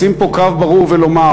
לשים פה קו ברור ולומר: